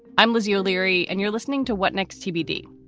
i'm lizzie o'leary and you're listening to what next tbd.